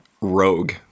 rogue